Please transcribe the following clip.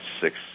six